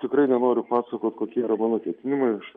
tikrai nenoriu pasakot kokie yra mano ketinimai aš